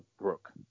Brooke